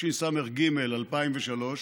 התשס"ג 2003,